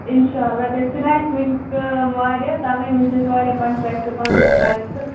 اِنشاللہ تیٚلہِ چھُناہ اَسہِ ؤنہِ تہِ واریاہ تَوَے ووٚنوٕ تۅہہِ واریاہ کَنٹریکٹہٕ پانہٕ وٲنۍ کَرٕنۍ تہٕ